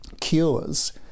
cures